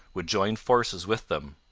would join forces with them.